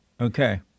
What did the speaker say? Okay